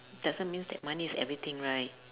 doesn't means that money is everything right